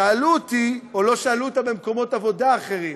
שאלו אותה, או לא שאלו אותה במקומות עבודה אחרים,